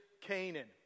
Canaan